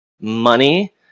money